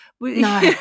No